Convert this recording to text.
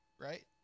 right